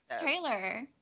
trailer